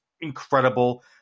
incredible